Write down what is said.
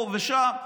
פה ושם,